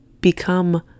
become